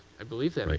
i believe that might